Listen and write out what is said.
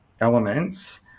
elements